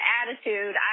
attitude